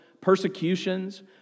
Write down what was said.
persecutions